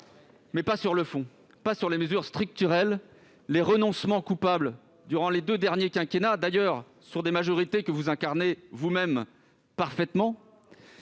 pas sur le fond, sur les mesures structurelles, sur les renoncements coupables durant les deux derniers quinquennats, du fait de majorités que vous incarnez vous-même parfaitement,